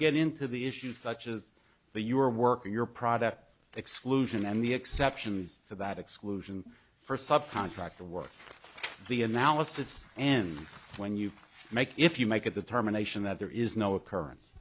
get into the issues such as the you are working your product exclusion and the exceptions to that exclusion for sub contractor work the analysis end when you make if you make a determination that there is no occurrence